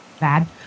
bad